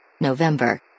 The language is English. November